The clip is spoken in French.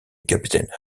capitaine